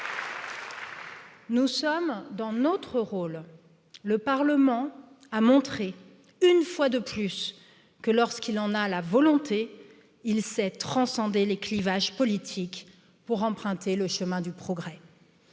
Nous sommes dans notre rôle, le Parlement a montré, une fois de plus, que lorsqu'il en a la volonté il sait transcender les clivages politiques pour emprunter le chemin du progrès